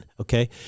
Okay